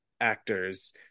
actors